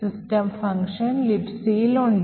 system function Libcയിൽ ഉണ്ട്